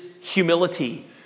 humility